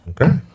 Okay